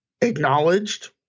acknowledged